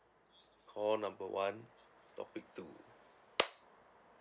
call number one topic two